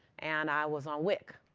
and i was on wic,